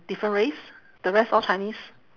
different race the rest all chinese